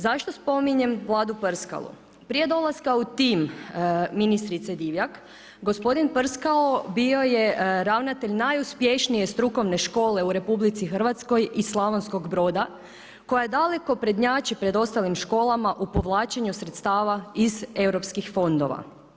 Zašto spominjem Vladu Prskalo, prije dolaska u tim ministrice Divjak, gospodin Prskalo, bio je ravnatelj najuspješnije škole u RH i Slavonskog Broda, koja daleko prednjači u ostalim škola u povlačenju sredstava iz europskih fondova.